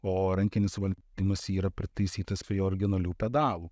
o rankinis valdymas yra pritaisytas prie originalių pedalų